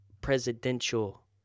presidential